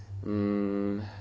mm